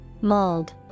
Mold